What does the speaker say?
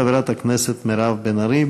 חברת הכנסת בן ארי.